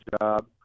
job